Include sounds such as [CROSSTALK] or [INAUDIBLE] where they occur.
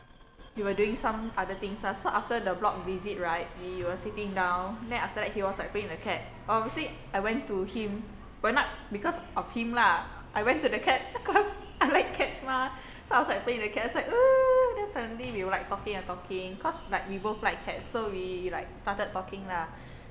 we were doing some other things ah so after the block visit right we were sitting down then after that he was like playing with the cat obviously I went to him but not because of him lah I went to the cat cause I like cats mah so I was like playing with the cat I was [NOISE] then suddenly we were like talking and talking cause like we both like cats so we like started talking lah